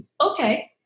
Okay